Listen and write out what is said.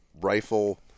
rifle